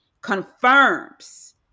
confirms